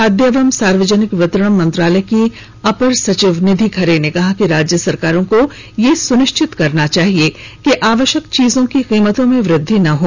खाद्य एवं सार्वजनिक वितरण मंत्रालय की अपर सचिव निधि खरे ने कहा है कि राज्य सरकारों को यह सुनिश्चित करना चाहिए कि आवश्यक चीजों की कीमतों में वृद्धि नहीं हो